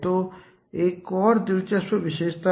तो यह एक और दिलचस्प विशेषता है